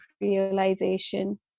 realization